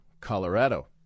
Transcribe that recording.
Colorado